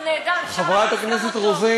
הוא נהדר, אפשר